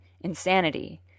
insanity